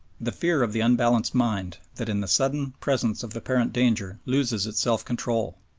the fear of the unbalanced mind that in the sudden presence of apparent danger loses its self-control,